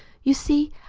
you see,